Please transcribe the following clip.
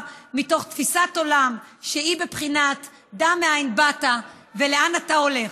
מתוך תפיסת עולם שהיא בבחינת "דע מאין באת ולאן אתה הולך".